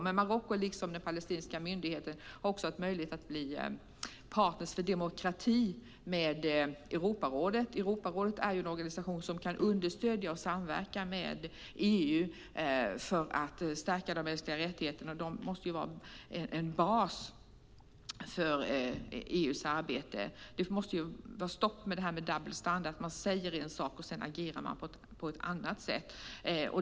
Men Marocko har liksom den palestinska myndigheten haft möjlighet att bli partner för demokrati med Europarådet. Europarådet är en organisation som kan understödja och samverka med EU för att stärka de mänskliga rättigheterna. Det måste vara en bas för EU:s arbete. Det måste vara stopp för double standard, att man säger en sak och agerar på ett annat sätt.